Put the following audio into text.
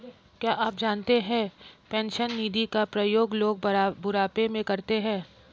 क्या आप जानते है पेंशन निधि का प्रयोग लोग बुढ़ापे में करते है?